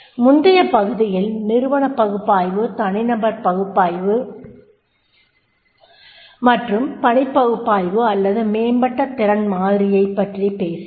முந்தைய பகுதியில் நிறுவனப் பகுப்பாய்வு தனிநபர் பகுப்பாய்வு மற்றும் பணிப் பகுப்பாய்வு அல்லது மேம்பட்ட திறன் மாதிரியைப் பற்றிப் பேசினோம்